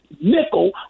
nickel